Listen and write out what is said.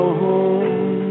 home